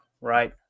right